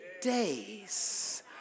days